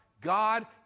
God